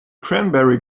cranberry